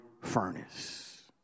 furnace